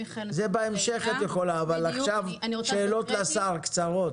בהמשך את יכולה אבל עכשיו רק שאלות קצרות לשר.